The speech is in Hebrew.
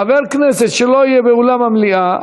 חבר כנסת שלא יהיה אולם המליאה,